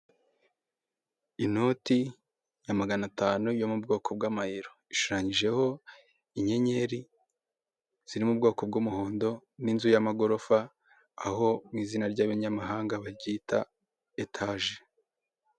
Inoti ya magana atanu yo mu bwoko bw'amayero ,ishushanyijeho inyenyeri ziri mu bwoko bw'umuhondo n'inzu y'amagorofa, aho mu izina ry'abanyamahanga baryita etage.